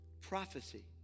prophecy